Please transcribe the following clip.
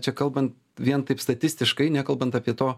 čia kalbant vien taip statistiškai nekalbant apie to